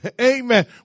Amen